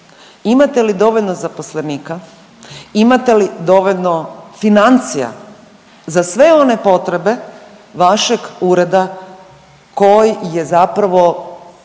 imate li dovoljno zaposlenika, imate li dovoljno financija za sve one potrebe vašeg ureda koji je zapravo